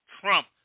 Trump